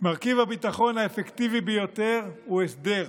מרכיב הביטחון האפקטיבי ביותר הוא הסדר,